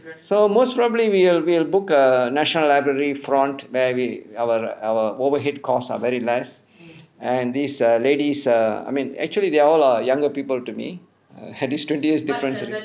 so most probably we will we'll book err national library front where we our our overhead costs are very less and these err ladies err I mean actually they all are younger people to me at least twenty years difference